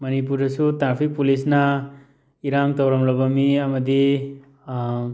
ꯃꯅꯤꯄꯨꯔꯗꯁꯨ ꯇꯥꯔꯐꯤꯛ ꯄꯨꯂꯤꯁꯅ ꯏꯔꯥꯡ ꯇꯧꯔꯝꯂꯕ ꯃꯤ ꯑꯃꯗꯤ